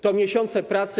To miesiące pracy.